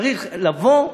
צריך לבוא,